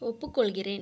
ஒப்புக்கொள்கிறேன்